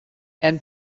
and